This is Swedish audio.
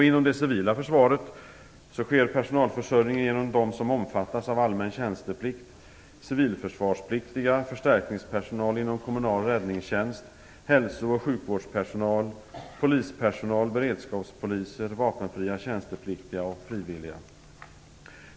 Inom det civila försvaret sker personalförsörjningen genom dem som omfattas av allmän tjänsteplikt, civilförsvarspliktiga, förstärkningspersonal inom kommunal räddningstjänst, hälso och sjukvårdspersonal, polispersonal, beredskapspoliser, vapenfria tjänstepliktiga samt frivilliga.